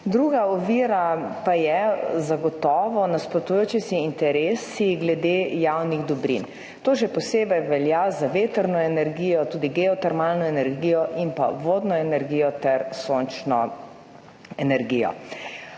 Druga ovira pa so zagotovo nasprotujoči si interesi glede javnih dobrin. To še posebej velja za vetrno energijo, tudi geotermalno energijo in pa vodno energijo ter sončno energijo.